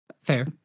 fair